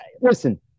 listen